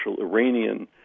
iranian